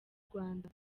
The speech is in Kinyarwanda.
rwanda